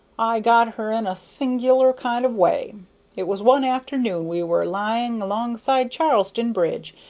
i got her in a sing'lar kind of way it was one afternoon we were lying alongside charlestown bridge,